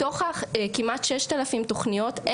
מתוך כמעט 6,000 תוכניות,